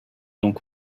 donc